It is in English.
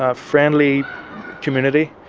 ah friendly community.